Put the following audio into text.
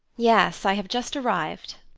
yes, i have just arrived.